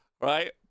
right